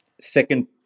Second